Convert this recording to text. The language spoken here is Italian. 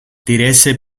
diresse